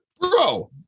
Bro